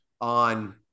on